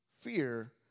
fear